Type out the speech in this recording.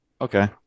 Okay